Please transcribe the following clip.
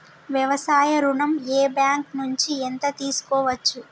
వ్యవసాయ ఋణం ఏ బ్యాంక్ నుంచి ఎంత తీసుకోవచ్చు?